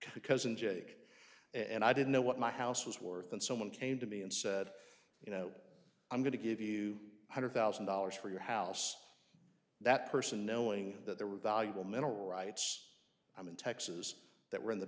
i'm jake and i didn't know what my house was worth and someone came to me and said you know i'm going to give you one hundred thousand dollars for your house that person knowing that there were valuable mineral rights i'm in texas that were in the